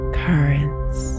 currents